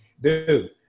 dude